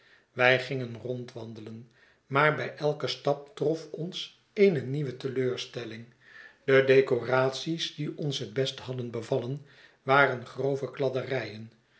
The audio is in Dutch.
wij gingen rondwandelen maar bij elken stap trof ons eene nieuwe teleurstelling de decoraties die ons het best hadden bevallen waren grove